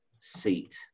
seat